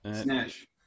Snatch